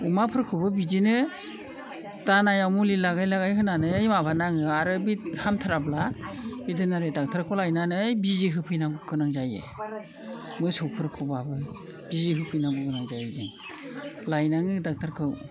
अमाफोरखौबो बिदिनो दानायाव मुलि लागाय लागाय होनानै माबानाङो आरो बे हामथाराब्ला भेटेनारि दक्थ'रखौ लायनानै बिजि होफैनांगौ गोनां जायो मोसौफोरखौबाबो बिजि होफैनांगौ गोनां जायो जों लायनाङो दक्थ'रखौ